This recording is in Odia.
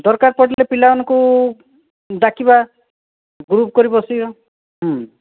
ଦରକାର ପଡ଼ିଲେ ପିଲାମାନଙ୍କୁ ଡାକିବା ଗ୍ରୁପ୍ କରି ବସାଇବା